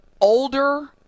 older